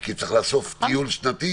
כי צריך לאסוף טיול שנתי,